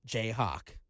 Jayhawk